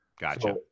Gotcha